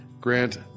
Grant